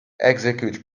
execute